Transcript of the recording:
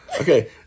Okay